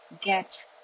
get